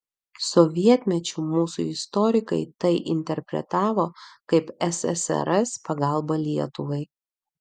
sovietmečiu mūsų istorikai tai interpretavo kaip ssrs pagalbą lietuvai